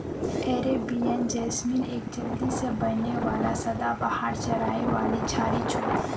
Arabian jasmine एक जल्दी से बढ़ने वाला सदाबहार चढ़ाई वाली झाड़ी छोक